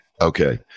okay